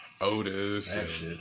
Otis